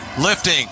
Lifting